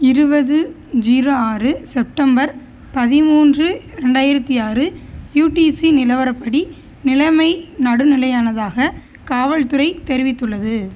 இருவது ஜீரோ ஆறு செப்டம்பர் பதிமூன்று ரெண்டாயிரத்து ஆறு யூடிசி நிலவரப்படி நிலைமை நடுநிலையானதாக காவல்துறை தெரிவித்துள்ளது